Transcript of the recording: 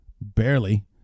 barely